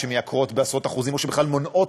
שמייקרות בעשרות אחוזים או שבכלל מונעות